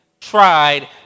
tried